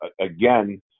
again